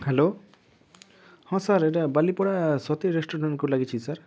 hello ହଁ sir ଏଇଟା Balipada Sati restaurant କୁ ଲାଗିଛି ସାର୍